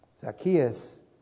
Zacchaeus